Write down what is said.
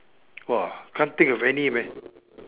!wah! can't think of any man !wah!